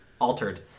altered